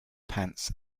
pants